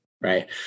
right